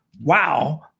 Wow